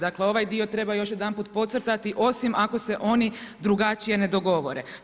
Dakle ovaj dio treba još jedanput podcrtati, osim ako se oni drugačije ne dogovore.